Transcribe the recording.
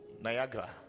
Niagara